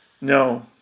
No